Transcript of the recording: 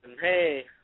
Hey